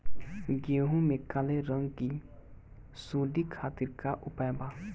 गेहूँ में काले रंग की सूड़ी खातिर का उपाय बा?